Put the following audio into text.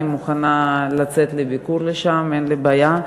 אני מוכנה לצאת לביקור לשם, אין לי בעיה.